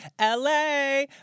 La